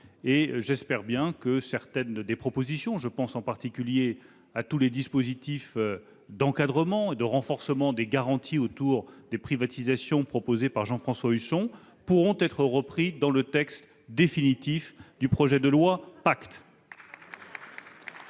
J'espère bien que certaines des propositions- je pense en particulier à tous les dispositifs d'encadrement et de renforcement des garanties autour des privatisations proposés par Jean-François Husson -pourront être reprises dans le texte définitif de la loi PACTE.